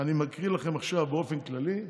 אני מקריא להם עכשיו באופן כללי,